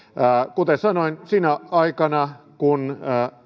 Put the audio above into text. kuten sanoin sinä aikana kun